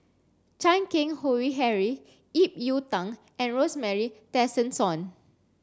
Chan Keng Howe Harry Ip Yiu Tung and Rosemary Tessensohn